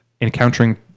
encountering